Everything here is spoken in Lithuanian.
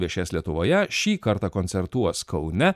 viešės lietuvoje šį kartą koncertuos kaune